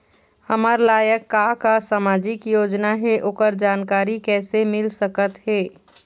हमर लायक का का सामाजिक योजना हे, ओकर जानकारी कइसे मील सकत हे?